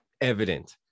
evident